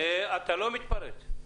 אתה לא מתפרץ.